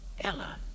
Ella